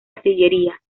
artillería